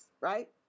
right